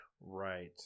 Right